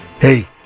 Hey